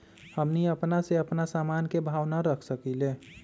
हमनी अपना से अपना सामन के भाव न रख सकींले?